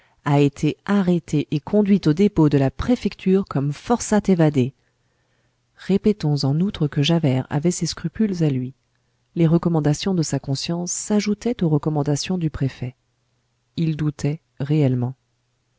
a été arrêté et conduit au dépôt de la préfecture comme forçat évadé répétons en outre que javert avait ses scrupules à lui les recommandations de sa conscience s'ajoutaient aux recommandations du préfet il doutait réellement